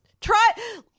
try